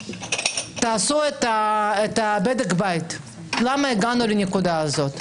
עשו את בדק הבית ותבדקו למה הגענו לנקודה הזאת.